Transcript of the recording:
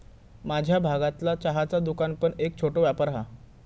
माझ्या भागतला चहाचा दुकान पण एक छोटो व्यापार हा